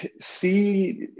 See